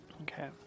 Okay